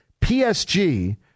PSG